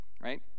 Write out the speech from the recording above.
right